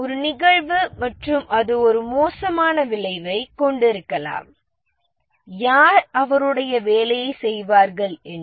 ஒரு நிகழ்வு மற்றும் அது ஒரு மோசமான விளைவைக் கொண்டிருக்கலாம் யார் அவருடைய வேலையைச் செய்வார்கள் என்று